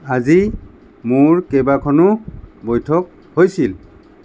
আজি মোৰ কেইবাখনো বৈঠক হৈছিল